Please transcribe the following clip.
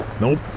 Nope